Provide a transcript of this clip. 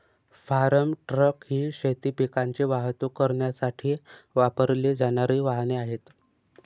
form truck ही शेती पिकांची वाहतूक करण्यासाठी वापरली जाणारी वाहने आहेत